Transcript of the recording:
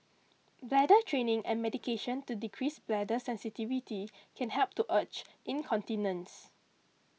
bladder training and medication to decrease bladder sensitivity can help to urge incontinence